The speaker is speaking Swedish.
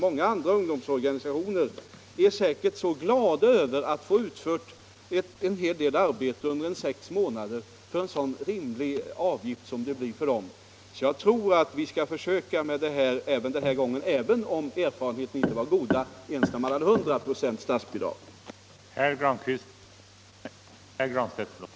Många andra ungdomsorganisationer är säkert ganska glada över att under sex månader få en hel del arbete utfört för en så rimlig kostnad som det blir för dem. Jag tror vi skall försöka med denna ordning även denna gång, även om erfarenheterna som sagt inte var goda ens när man hade 100 96 statsbidrag.